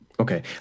Okay